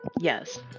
Yes